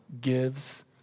gives